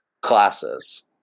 classes